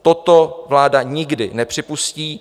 Toto vláda nikdy nepřipustí.